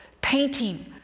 painting